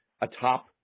atop